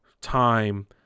time